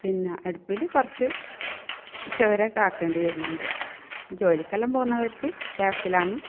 പിന്നെ അടുപ്പിൽ കുറച്ച് ഉച്ച വരെ കാക്കേണ്ടി വരുന്നുണ്ട് ജോലിക്കെല്ലാം പോകുന്നവർക്ക് ഗ്യാസിലാണ്